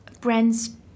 brands